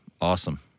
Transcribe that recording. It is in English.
awesome